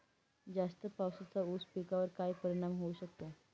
जास्त पावसाचा ऊस पिकावर काय परिणाम होऊ शकतो?